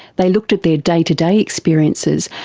they looked at their day-to-day experiences,